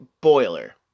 boiler